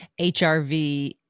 HRV